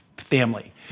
family